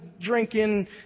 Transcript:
drinking